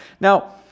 Now